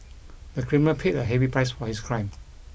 the criminal paid a heavy price for his crime